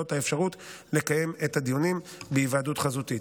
האפשרות לקיים את הדיונים בהיוועדות חזותית.